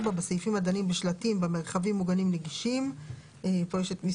בסעיפים הדנים בשלטים במרחבים מוגנים נגישים (2.1.3.12(ב)),